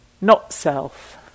not-self